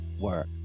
Work